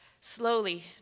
slowly